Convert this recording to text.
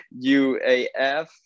UAF